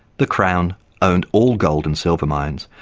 the crown owned all gold and silver mines,